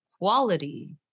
quality